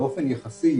באופן יחסי,